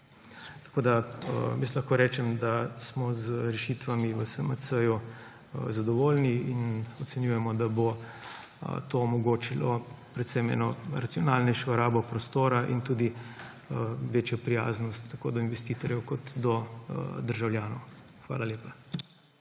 načrta. Jaz lahko rečem, da smo z rešitvami v SMC zadovoljni in ocenjujemo, da bo to omogočilo predvsem eno racionalnejšo rabo prostora in tudi večjo prijaznost tako do investitorjev kot do državljanov. Hvala lepa.